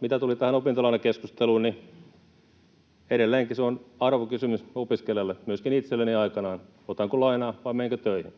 Mitä tuli tähän opintolainakeskusteluun, niin edelleenkin se on arvokysymys opiskelijalle, myöskin itselleni aikanaan, otanko lainaa vai menenkö töihin,